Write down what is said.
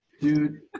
Dude